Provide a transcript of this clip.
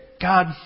God